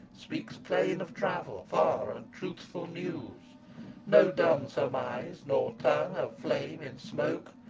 speaks plain of travel far and truthful news no dumb surmise, nor tongue of flame in smoke,